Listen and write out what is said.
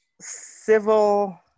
civil